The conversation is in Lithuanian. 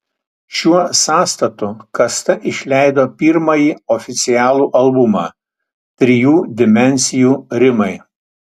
šiuo sąstatu kasta išleido pirmąjį oficialų albumą trijų dimensijų rimai